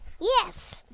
Yes